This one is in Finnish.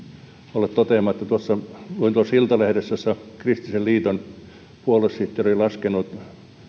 olla toteamatta että luin tuossa iltalehteä jossa kristillisdemokraattien puoluesihteeri on laskenut